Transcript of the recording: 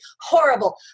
horrible